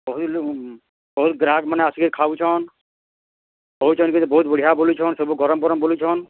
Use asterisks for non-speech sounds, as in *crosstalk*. *unintelligible* ବହୁତ୍ ଗ୍ରାହକ୍ ମାନେ ଆସିକିରି ଖାଉଛନ୍ କହୁଛନ୍ ବି ତ ବହୁତ୍ ବଢ଼ିଆ ବଲୁଛନ୍ ସବୁ ଗରମ୍ ଗରମ୍ ବଲୁଛନ୍